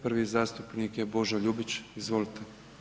Prvi zastupnik je Božo Ljubić, izvolite.